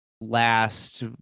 last